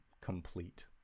complete